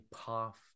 path